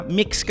mix